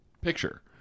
picture